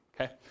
okay